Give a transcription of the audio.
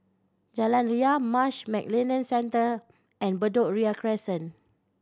Jalan Ria Marsh McLennan Centre and Bedok Ria Crescent